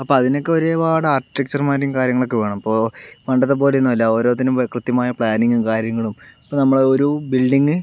അപ്പോൾ അതിനൊക്കെ ഒരുപാട് ആർക്കിടെക്ചർമാരും കാര്യങ്ങളൊക്കെ വേണം അപ്പോൾ പണ്ടത്തെപ്പോലെയൊന്നുമല്ല ഓരോത്തിനും ഇപ്പോൾ കൃത്യമായ പ്ലാനിങ്ങും കാര്യങ്ങളും ഇപ്പോൾ നമ്മള് ഒരു ബിൽഡിങ്